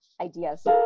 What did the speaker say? ideas